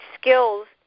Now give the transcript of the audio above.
skills